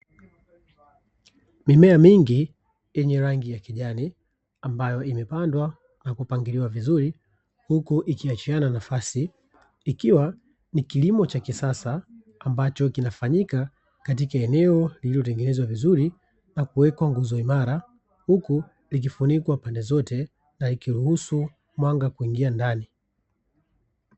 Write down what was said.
Mimea mingi yenye rangi ya kijan, ambayo imepandwa na kupangiliwa vizuri, huku ikiachiana nafasi, ikiwa ni kilimo cha kisasa ambacho kinachofanyika katika eneo lililo tengenezwa vizuri na kuwekwa nguzo imara, huku ikifunikwa pande zote na ikiruhusu mwanga kuingia ndani.